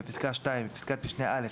בפסקה (2) - בפסקת משנה (א),